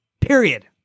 Period